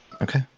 Okay